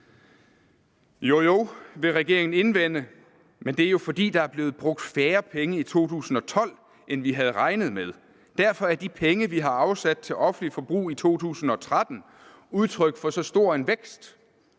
Jo, jo, vil regeringen indvende, men det er jo, fordi der er blevet brugt færre penge i 2012, end vi havde regnet med, og derfor er de penge, vi har afsat til offentligt forbrug i 2013, udtryk for så stor en vækst.